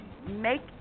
Make